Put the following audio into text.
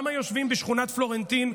גם היושבים בשכונת פלורנטין,